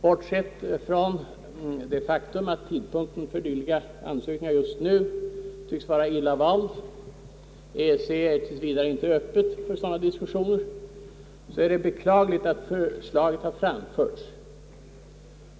Bortsett från det faktum att tidpunkten för dylika ansökningar just nu tycks vara illa vald — EEC är tills vidare inte öppet för sådana diskussioner — är det beklagligt att förslaget har framförts.